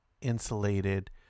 insulated